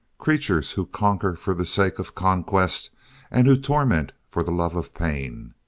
creatures who conquer for the sake of conquest and who torment for the love of pain.